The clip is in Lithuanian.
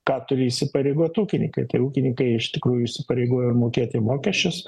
ką turi įsipareigot ūkininkai ūkininkai iš tikrųjų įsipareigojo mokėti mokesčius